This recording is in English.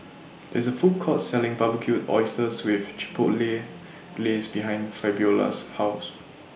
There IS A Food Court Selling Barbecued Oysters with Chipotle Glaze behind Fabiola's House